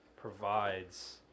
provides